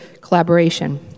collaboration